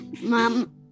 mom